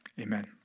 amen